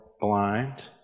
blind